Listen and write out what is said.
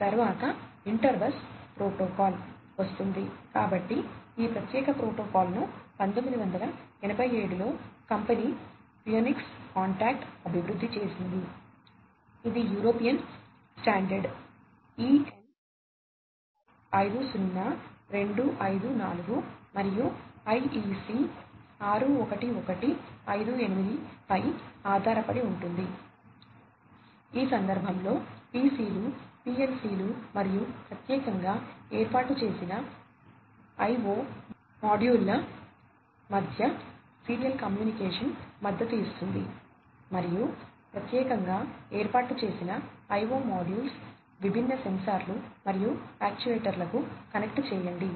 తరువాత inter bus protocol connect చేయండి